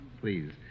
Please